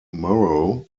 morrow